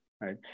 right